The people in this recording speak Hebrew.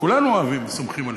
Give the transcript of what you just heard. כולנו אוהבים, וסומכים עליהם.